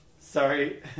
Sorry